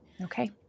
Okay